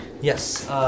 Yes